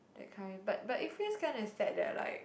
that kind but but it feels kinda sad that like